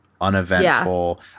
uneventful